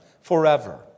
forever